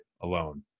alone